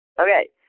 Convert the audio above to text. okay